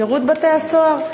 שירות בתי-הסוהר.